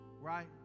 Right